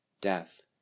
Death